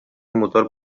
motor